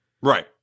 right